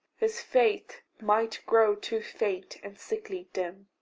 his faith might grow too faint and sickly dim.